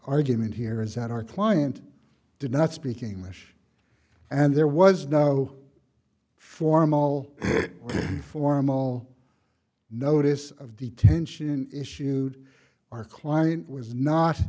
argument here is that our client did not speak english and there was no formal formal notice of detention issued our client was not